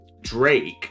Drake